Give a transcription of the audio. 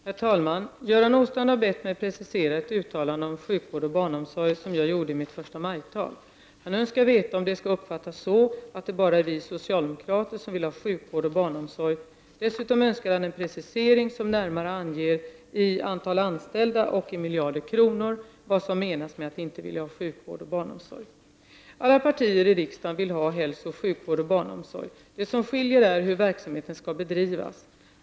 Herr talman! Göran Åstrand har bett mig precisera ett uttalande om sjukvård och barnomsorg som jag gjorde i mitt förstamajtal. Han önskar veta om det skall uppfattas så att det bara är vi socialdemokrater som vill ha sjukvård och barnomsorg. Dessutom önskar han en precisering som närmare anger i antal anställda och i miljarder kronor vad som menas med att inte vilja ha sjukvård och barnomsorg. Alla partier i riksdagen vill ha hälsooch sjukvård och barnomsorg. Det som skiljer är hur verksamheten skall bedrivas.